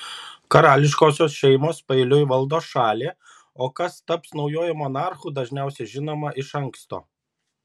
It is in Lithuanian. karališkosios šeimos paeiliui valdo šalį o kas taps naujuoju monarchu dažniausiai žinoma iš anksto